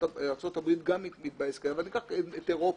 גם באירופה,